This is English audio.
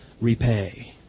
repay